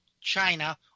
China